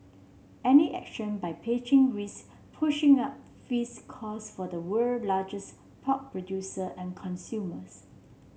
any action by Beijing risks pushing up feeds costs for the world largest pork producer and consumers